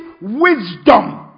wisdom